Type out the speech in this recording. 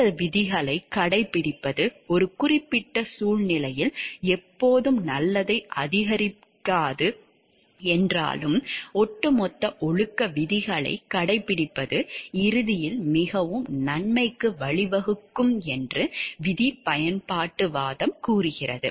இந்த விதிகளை கடைபிடிப்பது ஒரு குறிப்பிட்ட சூழ்நிலையில் எப்போதும் நல்லதை அதிகரிக்காது என்றாலும் ஒட்டுமொத்த ஒழுக்க விதிகளை கடைபிடிப்பது இறுதியில் மிகவும் நன்மைக்கு வழிவகுக்கும் என்று விதி பயன்பாட்டுவாதம் கூறுகிறது